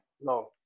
No